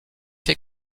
fait